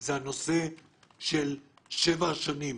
זה הנושא של שבע השנים.